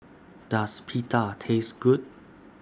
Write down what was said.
Does Pita Taste Good